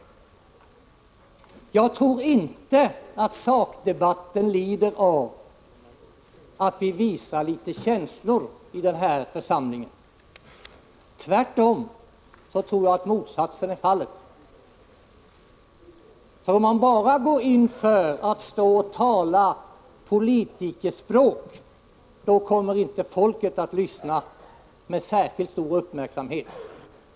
Jag tror inte att sakdebatten lider av att vi visar litet känslor i den här församlingen. Tvärtom tror jag att motsatsen är fallet. Om man bara går in för att tala politikerspråk, då kommer inte folket att lyssna med särskilt stort intresse.